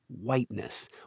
whiteness